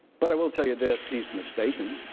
but i will tell you this, he is mistaken.